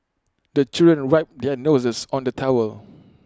the children wipe their noses on the towel